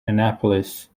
annapolis